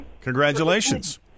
Congratulations